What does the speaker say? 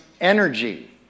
energy